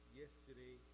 yesterday